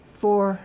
four